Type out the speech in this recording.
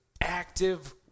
active